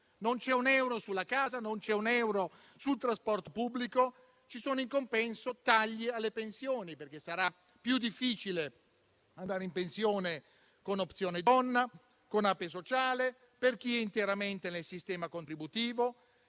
Non c'è un euro sulla casa e non c'è un euro sul trasporto pubblico. Ci sono in compenso tagli alle pensioni, perché sarà più difficile andare in pensione con Opzione donna, con APE sociale, per chi è interamente nel sistema contributivo,